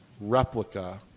replica